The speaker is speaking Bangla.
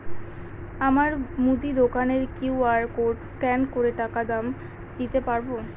আমার মুদি দোকানের কিউ.আর কোড স্ক্যান করে টাকা দাম দিতে পারব?